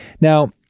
Now